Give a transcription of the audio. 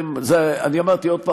אני אמרתי עוד פעם,